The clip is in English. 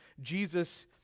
Jesus